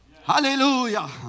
Hallelujah